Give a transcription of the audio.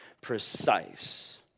precise